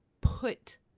put